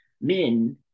men